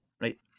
right